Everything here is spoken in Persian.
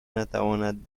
نتواند